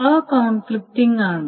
അവ കോൺഫ്ലിക്റ്റിംഗ് ആണ്